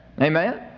Amen